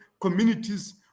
communities